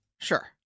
Sure